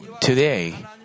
today